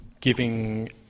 giving